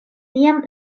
tiam